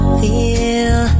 feel